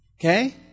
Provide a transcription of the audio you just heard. Okay